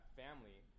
family